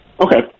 Okay